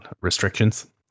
restrictions